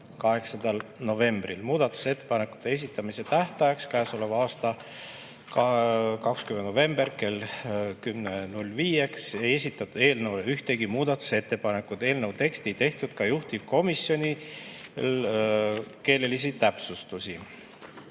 8. novembril. Muudatusettepanekute esitamise tähtajaks, käesoleva aasta 20. novembril kella 10.05‑ks ei esitatud eelnõu kohta ühtegi muudatusettepanekut. Eelnõu tekstis ei teinud ka juhtivkomisjon keelelisi täpsustusi. Eelnõu